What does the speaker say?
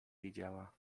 widziała